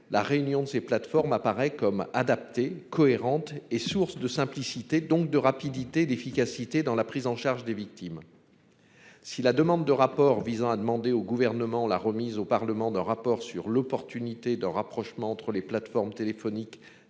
La réunion de ces plateformes apparaît comme adapté cohérente et source de simplicité donc de rapidité et d'efficacité dans la prise en charge des victimes. Si la demande de rapport visant à demander au gouvernement la remise au Parlement d'un rapport sur l'opportunité d'un rapprochement entre les plateformes téléphoniques